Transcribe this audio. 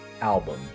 album